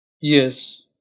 Yes